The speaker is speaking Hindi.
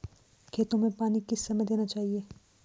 खेतों में पानी किस समय देना चाहिए?